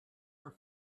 her